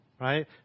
Right